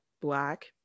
black